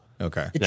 Okay